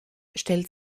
stellt